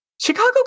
Chicago